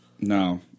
No